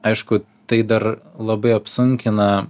aišku tai dar labai apsunkina